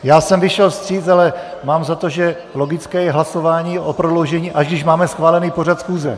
Já jsem vyšel vstříc, ale mám za to, že logické je hlasování o prodloužení, až když máme schválený pořad schůze.